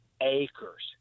acres